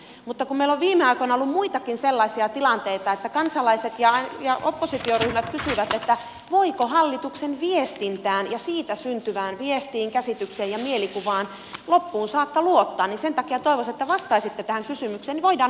mutta kun meillä on viime aikoina ollut muitakin sellaisia tilanteita että kansalaiset ja oppositioryhmät kysyvät voiko hallituksen viestintään ja siitä syntyvään viestiin käsitykseen ja mielikuvaan loppuun saakka luottaa niin sen takia toivoisin että te vastaisitte tähän kysymykseen niin että voidaan ohittaa sitten tämä aihe